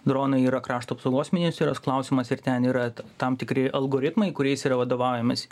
dronai yra krašto apsaugos ministerijos klausimas ir ten yra tam tikri algoritmai kuriais yra vadovaujamasi